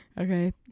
Okay